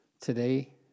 today